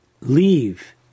leave